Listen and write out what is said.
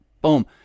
boom